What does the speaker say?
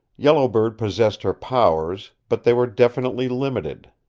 yellow bird possessed her powers, but they were definitely limited.